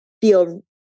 feel